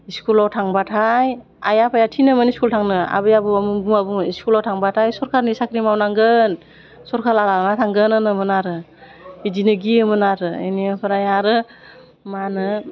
इस्कुलाव थांबाथाय आइ आफाया थिनोमोन इस्कुल थांनो आबै आबौआ मुं गुवा बुङो स्कुलाव थांबाथाय सरकारनि साख्रि मावनांगोन सरकारा लाना थांगोन होनोमोन आरो बिदिनो गियोमोन आरो बेनिफ्राय आरो मा होनो